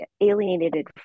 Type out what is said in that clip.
alienated